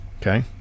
Okay